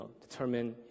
determine